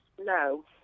No